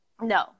No